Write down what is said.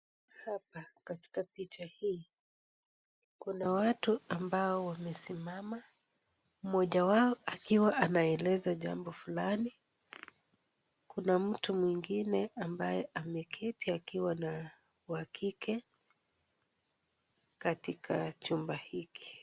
Hapa katika picha hii, kuna watu ambao wamesimama, mmoja wao akiwa ana eleza jambo fulani, kuna mtu mwingine ambaye ameketi akiwa na wa kike, katika chumba hiki.